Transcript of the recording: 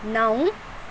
नौ